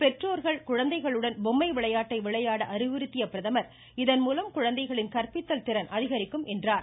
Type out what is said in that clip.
பெற்றோர்கள் குழந்தைகளுடன் பொம்மை விளையாட்டை விளையாட அறிவுறுத்திய பிரதமர் இதன்மூலம் குழந்தைகளின் கற்பித்தல் திறன் அதிகரிக்கும் என்றார்